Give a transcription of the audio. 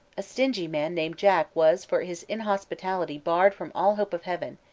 a stingy man named jack was for his inhospitality barred from all hope of heaven,